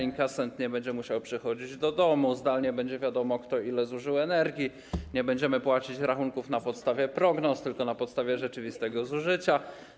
Inkasent nie będzie musiał przychodzić do domu, zdalnie będzie wiadomo, kto ile zużył energii, nie będziemy płacić rachunków na podstawie prognoz, tylko na podstawie rzeczywistego zużycia.